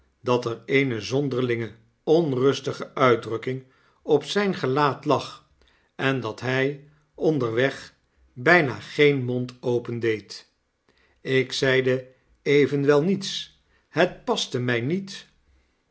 dat er eene zonderlinge onrustige uitdrukking op zyn gelaat lag en dat hy onderweg byna geen mond opendeed ik zeide evenwel niets het paste my niet